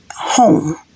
home